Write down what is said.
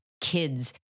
kids